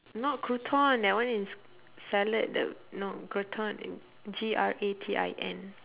not crouton that one is salad the no gratin G R A T I N